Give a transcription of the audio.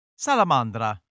salamandra